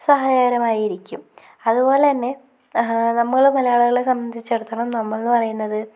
സഹായകരമായിരിക്കും അതുപോലതന്നെ നമ്മൾ മലയാളികളെ സംബന്ധിച്ചിടത്തോളം നമ്മൾ എന്ന് പറയുന്നത്